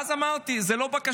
ואז אמרתי, זאת לא בקשה,